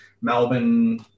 Melbourne